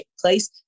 place